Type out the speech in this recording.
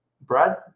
brad